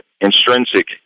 intrinsic